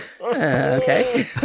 Okay